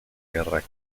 guerra